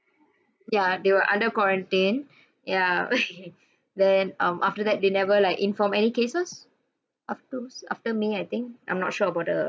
yeah they were under quarantine ya then um after that they never like inform any cases after after may I think I'm not sure about the